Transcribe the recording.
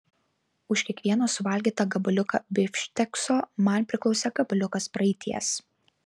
už kiekvieną suvalgytą gabaliuką bifštekso man priklausė gabaliukas praeities